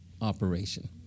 operation